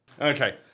Okay